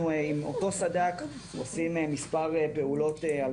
אנחנו עם אותו סד"כ עושים מספר פעולות על